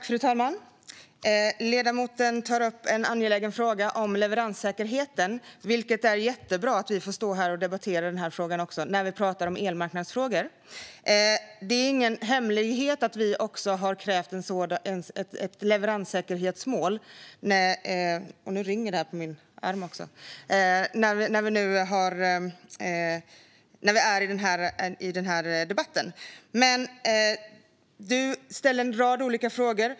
Fru talman! Ledamoten tar upp en angelägen fråga om leveranssäkerheten. Det är jättebra att vi får stå här och debattera den frågan när vi pratar om elmarknadsfrågor. Det är ingen hemlighet att vi har krävt ett leveranssäkerhetsmål i den här debatten. Men du ställer en rad olika frågor.